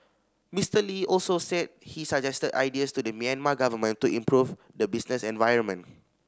Mister Lee also said he suggested ideas to the Myanmar government to improve the business environment